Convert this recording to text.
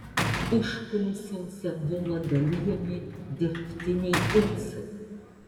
užkulisiuose buvo dalijami dirbtiniai ūsai